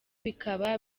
bikaba